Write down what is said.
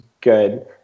good